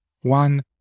one